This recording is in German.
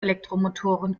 elektromotoren